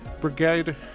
brigade